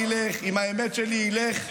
אני בדרכי אלך, עם האמת שלי אלך.